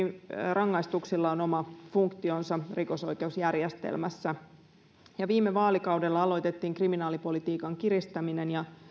rangaistuksilla on oma funktionsa rikosoikeusjärjestelmässä viime vaalikaudella aloitettiin kriminaalipolitiikan kiristäminen ja